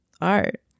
art